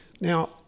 Now